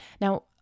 Now